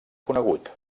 conegut